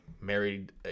married